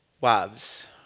Wives